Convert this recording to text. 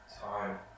time